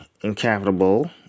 incapable